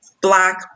black